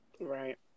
right